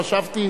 חשבתי